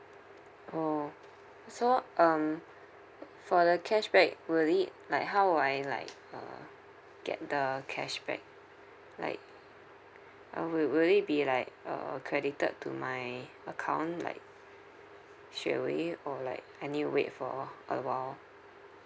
orh so um for the cashback will it like how I like uh get the cashback like uh will will it be like uh credited to my account like straight away or like I need to wait for a while